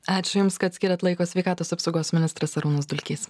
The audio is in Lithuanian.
ačiū jums kad skiriat laiko sveikatos apsaugos ministras arūnas dulkys